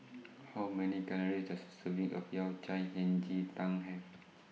How Many Calories Does A Serving of Yao Cai Hei Ji Tang Have